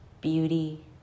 beauty